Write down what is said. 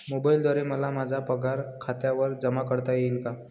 मोबाईलद्वारे मला माझा पगार खात्यावर जमा करता येईल का?